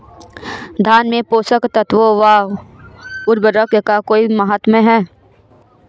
धान में पोषक तत्वों व उर्वरक का कोई महत्व है?